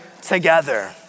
together